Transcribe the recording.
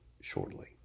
shortly